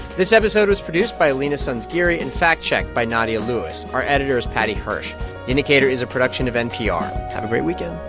this episode was produced by leena sanzgiri and fact-checked by nadia lewis. our editor is paddy hirsch. the indicator is a production of npr. have a great weekend